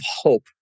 hope